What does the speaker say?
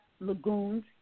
lagoons